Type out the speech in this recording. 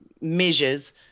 measures